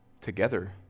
together